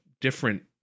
different